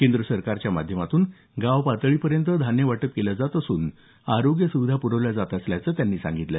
केंद्र सरकारच्या माध्यमातून गावपातळीपर्यंत धान्य वाटप केलं जात असून आरोग्य सुविधा पुरवल्या जात असल्याचं त्यांनी सांगितलं